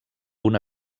una